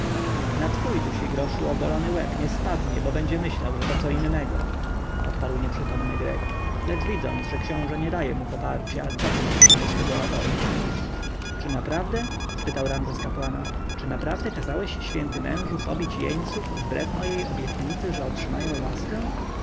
twój dusigroszu ogolony łeb nie spadnie bo będzie myślał że to co innego odparł nieprzytomny grek lecz widząc że książę nie daje mu poparcia cofnął się do swego obozu czy naprawdę spytał ramzes kapłana czy naprawdę kazałeś święty mężu pobić jeńców wbrew mojej obietnicy że otrzymają łaskę